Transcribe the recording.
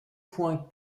point